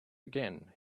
again